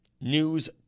news